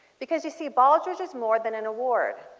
because you see baldrige is more than an award.